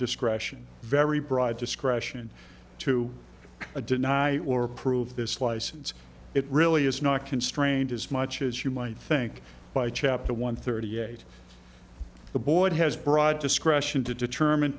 discretion very broad discretion to deny or approve this license it really is not constrained as much as you might think by chapter one thirty eight the board has broad discretion to determine